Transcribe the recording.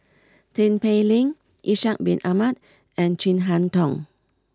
Tin Pei Ling Ishak bin Ahmad and Chin Harn Tong